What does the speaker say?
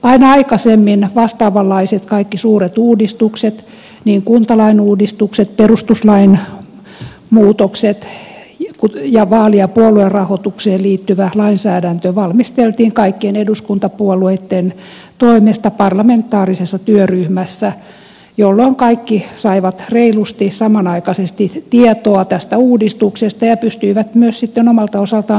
aina aikaisemmin kaikki vastaavanlaiset suuret uudistukset niin kuntalain uudistukset perustuslain muutokset kuin vaali ja puoluerahoitukseen liittyvä lainsäädäntö valmisteltiin kaikkien eduskuntapuolueitten toimesta parlamentaarisessa työryhmässä jolloin kaikki saivat reilusti samanaikaisesti tietoa tästä uudistuksesta ja pystyivät myös sitten omalta osaltaan sitoutumaan siihen